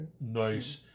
Nice